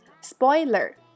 Spoiler